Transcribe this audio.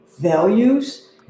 values